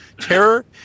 terror